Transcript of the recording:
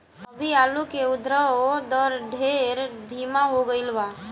अभी आलू के उद्भव दर ढेर धीमा हो गईल बा